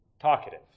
talkative